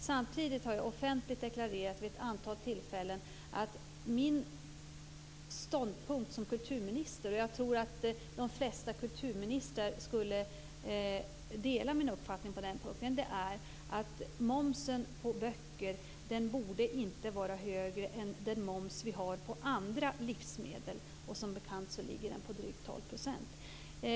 Samtidigt har jag vid ett antal tillfällen offentligt deklarerat att min ståndpunkt som kulturminister - och jag tror att de flesta kulturministrar skulle dela min uppfattning - är att momsen på böcker inte borde vara högre än den moms vi har på andra livsmedel. Som bekant ligger den på drygt 12 %.